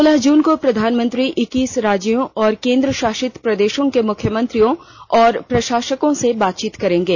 सोलह जून को प्रधानमंत्री इक्कीस राज्यों और केंद्रशासित प्रदेशों के मुख्यमंत्रियों और प्रशासकों से बात करेंगे